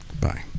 Bye